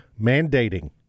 mandating